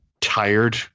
tired